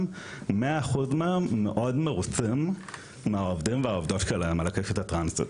מאה אחוז מהם מאוד מרוצים מהעובדים והעובדות שלהם על הקשת הטרנסית.